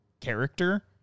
character